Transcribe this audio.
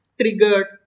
triggered